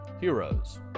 Heroes